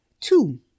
two